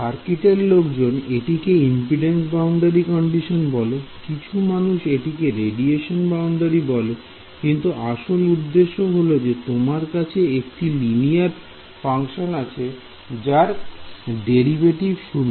সার্কিটের লোকজন এটিকে ইম্পিডেন্স বাউন্ডারি কন্ডিশন বলে কিছু মানুষ এটিকে রেডিয়েশন বাউন্ডারি কন্ডিশন বলে কিন্তু আসল উদ্দেশ্য হলো যে তোমার কাছে একটি লিনিয়ার ফাংশন আছে যার ডেরিভেটিভ 0